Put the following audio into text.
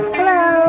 Hello